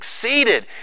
succeeded